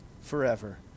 forever